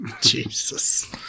Jesus